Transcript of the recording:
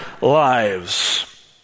lives